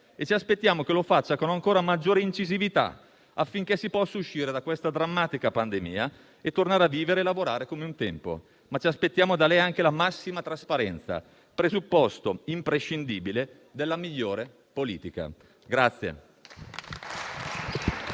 e ci aspettiamo che lo faccia con ancora maggiore incisività, affinché si possa uscire da questa drammatica pandemia e tornare a vivere e lavorare come un tempo, ma ci aspettiamo da lei anche la massima trasparenza, presupposto imprescindibile della migliore politica.